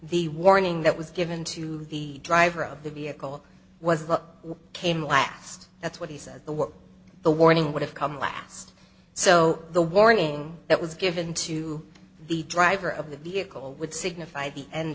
the warning that was given to the driver of the vehicle was what came last that's what he said the what the warning would have come last so the warning that was given to the driver of the vehicle would signify the end